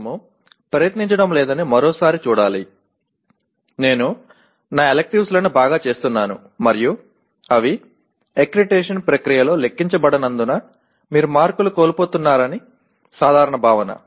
మనము ప్రయత్నించడం లేదని మరోసారి చూడాలి నేను నా ఎలిక్టివ్స్ లను బాగా చేస్తున్నాను మరియు అవి అక్రిడిటేషన్ ప్రక్రియలో లెక్కించబడనందున మీరు మార్కులు కోల్పోతున్నారని సాధారణ భావన